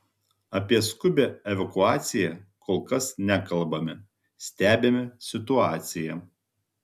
apie skubią evakuaciją kol kas nekalbame stebime situaciją